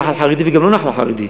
נח"ל חרדי וגם לא נח"ל חרדי.